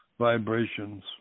vibrations